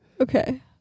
Okay